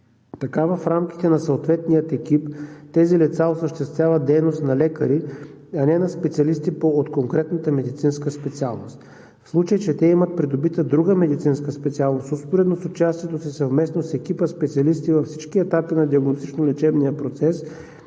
Така в рамките на съответния екип тези лица осъществяват дейност на лекари, а не на специалисти от конкретната медицинска специалност. В случай че те имат придобита друга медицинска специалност, успоредно с участието си съвместно с екипа специалисти във всички етапи на диагностично-лечебния процес,